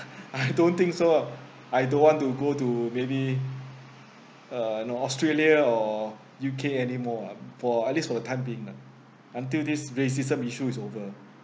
I don't think so ah I don't want to go to maybe uh you know australia or U_K anymore ah for at least for the time being uh until this racism issue is over